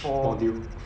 for